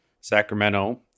Sacramento